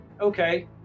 okay